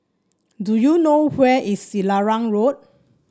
do you know where is Selarang Road